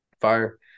fire